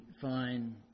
fine